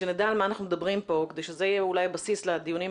שנדע על מה אנחנו מדברים פה כדי שזה יהיה אולי הבסיס לדיונים